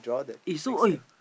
eh so eh